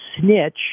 snitch